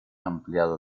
ampliado